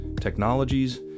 technologies